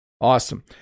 Awesome